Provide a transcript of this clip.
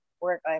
work